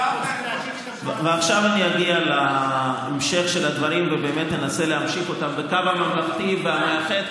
אני אגיע להמשך של הדברים ואני אנסה להמשיך אותם בקו ממלכתי ומאחד,